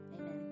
amen